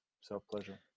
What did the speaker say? self-pleasure